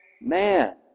man